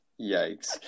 Yikes